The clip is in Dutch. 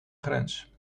grens